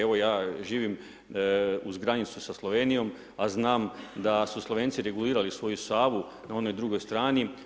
Evo ja živim uz granicu sa Slovenijom, a znam da su Slovenci regulirali svoju Savu na onoj drugoj strani.